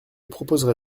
proposerai